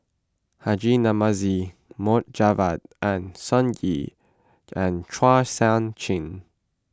Haji Namazie Mohd Javad and Sun Yee and Chua Sian Chin